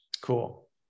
Cool